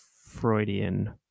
Freudian